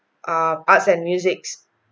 ah arts and musics